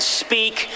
speak